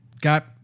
got